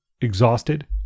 Exhausted